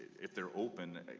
if they are open,